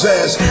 Says